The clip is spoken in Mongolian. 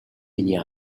миний